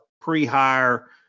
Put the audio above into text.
pre-hire